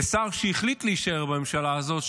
ושר שהחליט להישאר בממשלה הזאת,